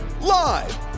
Live